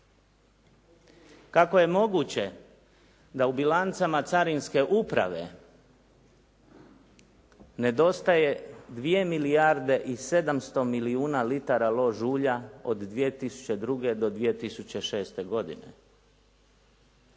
Kako je moguće da u bilancama Carinske uprave nedostaje 2 milijarde i 700 milijuna litara lož ulja od 2002. do 2006. godine?